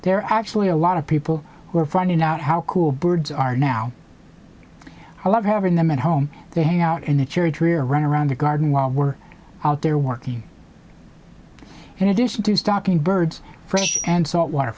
are actually a lot of people who are finding out how cool birds are now i love having them at home they hang out in the cherry tree or run around the garden while we're out there working in addition to stocking birds and saltwater